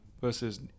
versus